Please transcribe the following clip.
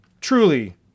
truly